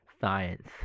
Science